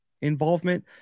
involvement